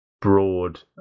broad